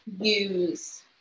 use